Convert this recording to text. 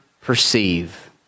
perceive